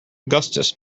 augustus